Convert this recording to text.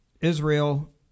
Israel